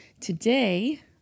Today